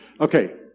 Okay